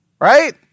Right